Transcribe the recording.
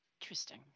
Interesting